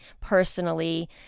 personally